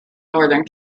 northern